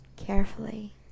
carefully